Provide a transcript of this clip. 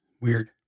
Weird